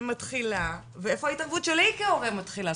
מתחילה ואיפה ההתערבות שלי כהורה מתחילה,